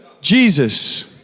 Jesus